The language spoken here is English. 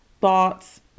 thoughts